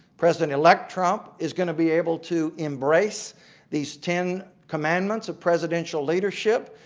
president-elect trump is going to be able to embrace these ten commandments of presidential leadership.